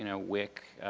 ah wic,